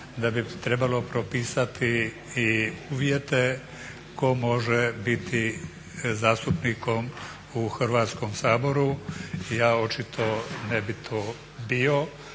da bi trebalo propisati i uvjete tko može biti zastupnikom u Hrvatskom saboru. Ja očito ne bih to bio,